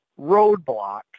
roadblocks